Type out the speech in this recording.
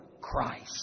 Christ